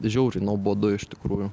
žiauriai nuobodu iš tikrųjų